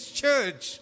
church